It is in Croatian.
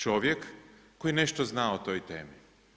Čovjek koji nešto zna o toj temi.